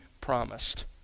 promised